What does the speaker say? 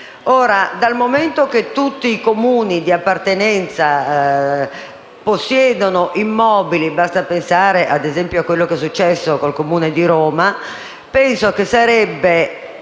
Dal momento che tutti i Comuni di appartenenza possiedono immobili (basti pensare a quello che è successo con il Comune di Roma), penso che l'acquisto